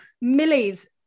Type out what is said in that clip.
Millie's